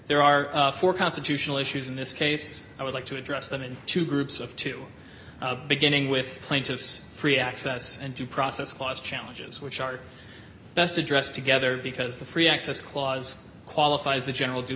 there are four constitutional issues in this case i would like to address them in two groups of two beginning with plaintiff's free access and due process clause challenges which are best addressed together because the free access clause qualifies the general due